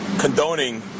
condoning